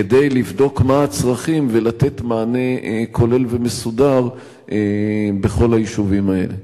כדי לבדוק מה הצרכים ולתת מענה כולל ומסודר בכל היישובים האלה?